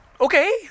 okay